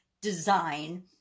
design